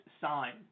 sign